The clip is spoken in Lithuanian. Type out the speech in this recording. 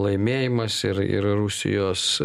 laimėjimas ir ir rusijos